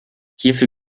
hierfür